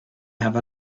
have